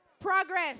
Progress